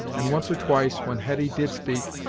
and once or twice, when hetty did speak,